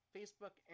Facebook